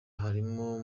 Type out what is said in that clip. harimo